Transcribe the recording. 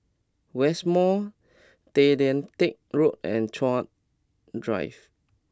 West Mall Tay Lian Teck Road and Chuan Drive